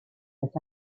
with